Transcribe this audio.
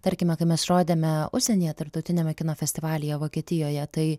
tarkime kai mes rodėme užsienyje tarptautiniame kino festivalyje vokietijoje tai